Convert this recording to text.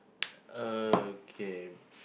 uh K